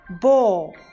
ball